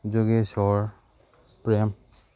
Jugeshor Prem